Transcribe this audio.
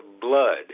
blood